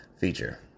feature